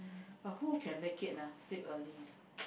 but who can make it ah sleep early ah